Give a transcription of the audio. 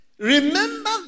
Remember